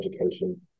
education